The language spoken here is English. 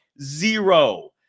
Zero